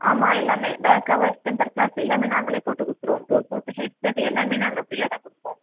ஆமாம் எல்லாமே back cover temper glass எல்லாமே நாங்களே போட்டு கொடுத்துருவோம் ப்ளூ டூத்து ஹெட் செட் எல்லாமே நாங்கள் ஃப்ரீயாகதான் கொடுப்போம்